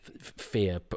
fear